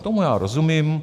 Tomu já rozumím.